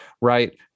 Right